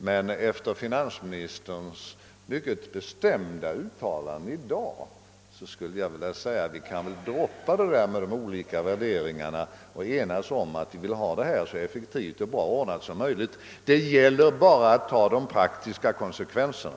Men efter finansministerns mycket bestämda uttalande i dag skulle jag vilja säga att vi kan kanske bortse från det där med de olika värderingarna och enas om att vi vill ha det så effektivt och bra ordnat som möjligt. Det gäller »bara» att ta de praktiska konsekvenserna.